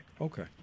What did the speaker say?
okay